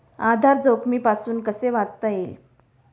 आधार जोखमीपासून कसे वाचता येईल?